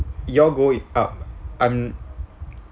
you're going up I'm